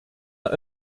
not